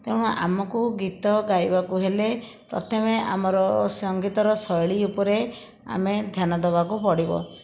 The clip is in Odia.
ତେଣୁ ଆମକୁ ଗୀତ ଗାଇବାକୁ ହେଲେ ପ୍ରଥମେ ଆମର ସଙ୍ଗୀତର ଶୈଳୀ ଉପରେ ଆମେ ଧ୍ୟାନ ଦେବାକୁ ପଡ଼ିବ